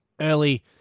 early